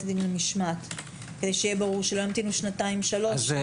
דין למשמעת שיהיה ברור שלא ימתינו שנתיים שלוש.